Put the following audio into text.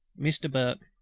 mr. burke,